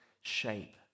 shape